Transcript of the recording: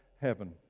heaven